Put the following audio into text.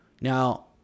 Now